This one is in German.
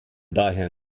daher